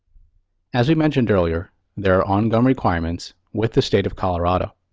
as i mentioned earlier there are ongoing requirements with the state of colorado.